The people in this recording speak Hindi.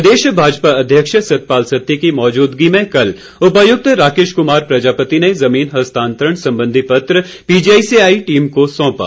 प्रदेश भाजपा अध्यक्ष सतपाल सत्ती की मौजूदगी में कल उपायुक्त राकेश कुमार प्रजापति ने जमीन हस्तांतरण सम्बंधी पत्र पीजीआई से आई टीम को सौंपा